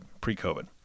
pre-COVID